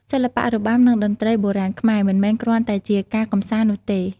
សិល្បៈរបាំ និងតន្ត្រីបុរាណខ្មែរ មិនមែនគ្រាន់តែជាការកម្សាន្តនោះទេ។